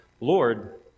Lord